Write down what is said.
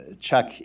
Chuck